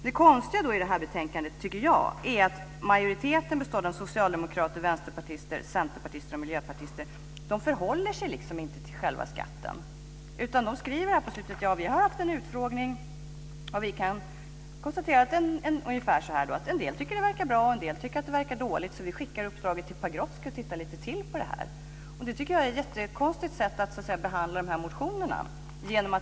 Det konstiga i betänkandet är, tycker jag, att majoriteten bestående av socialdemokrater, vänsterpartister, centerpartister och miljöpartister liksom inte förhåller sig till själva skatten, utan de skriver på slutet ungefär så här: Vi har haft en utfrågning och vi kan konstatera att en del tycker att det verkar bra och en del att det verkar dåligt, så vi skickar uppdraget till Pagrotsky för att titta lite till på det här. Jag tycker att det är ett mycket konstigt sätt att behandla de här motionerna.